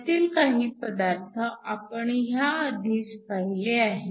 त्यातील काही पदार्थ आपण ह्या आधीच पाहिले आहेत